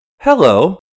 hello